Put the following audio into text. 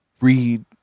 read